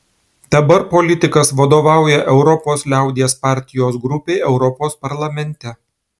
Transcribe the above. dabar politikas vadovauja europos liaudies partijos grupei europos parlamente